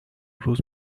روز